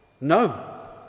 No